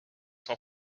s’en